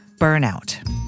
burnout